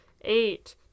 Eight